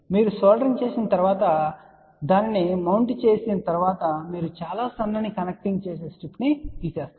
మీరు సోల్డరింగ్ చేసిన తర్వాత ఇతర దానిని మౌంట్ చేసిన తర్వాత మీరు చాలా సన్నని కనెక్టింగ్ చేసే స్ట్రిప్ను తీసివేస్తారు